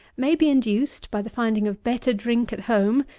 may be induced, by the finding of better drink at home,